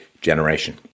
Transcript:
generation